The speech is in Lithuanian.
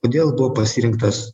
kodėl buvo pasirinktas